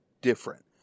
different